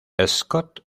scott